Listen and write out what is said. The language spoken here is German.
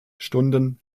stunden